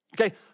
Okay